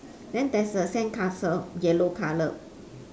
then there's a sandcastle yellow colour